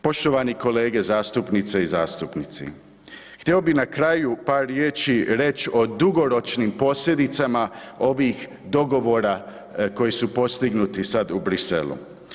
Poštovani kolege zastupnice i zastupnici, htio bih na kraju par riječi reć o dugoročnim posljedicama ovih dogovora koji su postignuti sada u Bruxellesu.